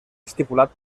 estipulat